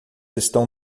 estão